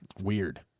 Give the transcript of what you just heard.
Weird